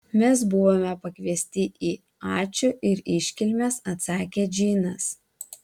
mes buvome pakviesti į ačiū ir iškilmes atsakė džinas